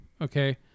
okay